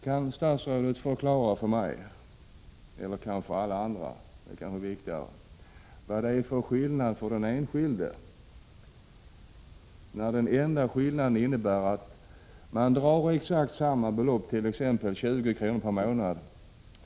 Kan statsrådet förklara för mig eller, kanske viktigare, för alla andra vad det innebär för skillnad för den enskilde? Man drar exakt samma belopp, t.ex. 20 kr. per månad.